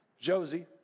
Josie